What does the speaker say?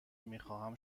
میخواهم